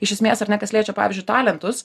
iš esmės ar ne kas liečia pavyzdžiui talentus